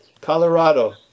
Colorado